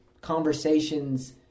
conversations